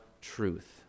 truth